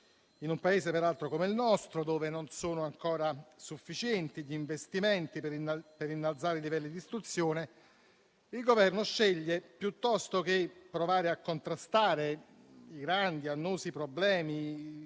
In un Paese peraltro come il nostro, dove non sono ancora sufficienti gli investimenti per innalzare i livelli di istruzione, il Governo, piuttosto che provare a contrastare grandi e annosi problemi